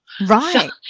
Right